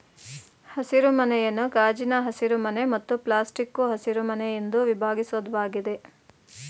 ಹಸಿರುಮನೆಯನ್ನು ಗಾಜಿನ ಹಸಿರುಮನೆ ಮತ್ತು ಪ್ಲಾಸ್ಟಿಕ್ಕು ಹಸಿರುಮನೆ ಎಂದು ವಿಭಾಗಿಸ್ಬೋದಾಗಿದೆ